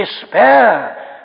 despair